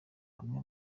amwe